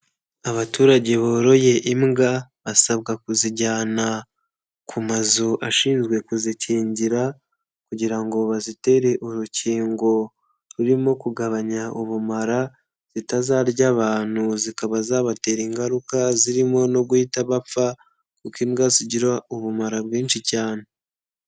Abaturage boroye imbwa basabwa kuzijyana ku mazu ashinzwe kuzikingira, kugira ngo bazitere urukingo rurimo kugabanya ubumara zitazarya abantu zikaba zabatera ingaruka zirimo no guhita bapfa, kuko imbwa zigira ubumara bwinshi cyane.